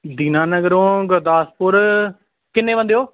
ਦੀਨਾਨਗਰ ਤੋਂ ਗੁਰਦਾਸਪੁਰ ਕਿੰਨੇ ਬੰਦੇ ਹੋ